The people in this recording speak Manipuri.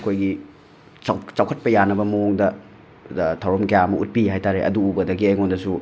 ꯑꯩꯈꯣꯏꯒꯤ ꯆꯥꯎ ꯆꯥꯎꯈꯠꯄ ꯌꯥꯅꯕ ꯃꯑꯣꯡꯗ ꯊꯧꯔꯝ ꯀꯌꯥ ꯑꯃ ꯎꯠꯄꯤ ꯍꯥꯏꯇꯥꯔꯦ ꯑꯗꯨ ꯎꯕꯗꯒꯤ ꯑꯩꯉꯣꯟꯗꯁꯨ